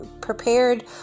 prepared